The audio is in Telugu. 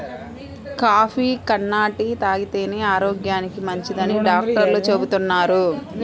కాఫీ కన్నా టీ తాగితేనే ఆరోగ్యానికి మంచిదని డాక్టర్లు చెబుతున్నారు